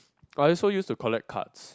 I also used to collect cards